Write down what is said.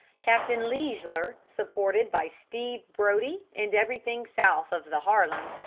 captain leisler, supported by steve brodie and everything south of the harlem,